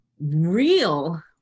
real